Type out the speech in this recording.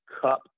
cup